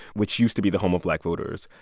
which used to be the home of black voters,